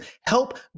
help